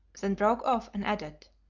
then broke off and added,